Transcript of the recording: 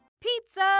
Pizza